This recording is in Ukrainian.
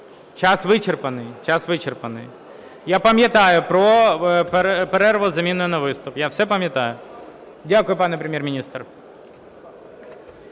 Час вичерпаний. Я пам'ятаю про перерву з заміною на виступ. Я все пам'ятаю. Дякую, пане Прем’єр-міністр.